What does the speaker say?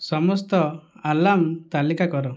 ସମସ୍ତ ଆଲାର୍ମ୍ ତାଲିକା କର